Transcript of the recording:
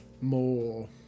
more